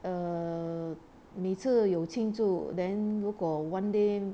err 每次有庆祝 then 如果 one day